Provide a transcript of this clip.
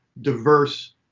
diverse